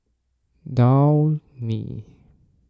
Downy